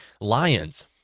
Lions